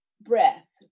breath